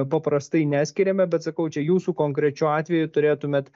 paprastai neskiriame bet sakau čia jūsų konkrečiu atveju turėtumėt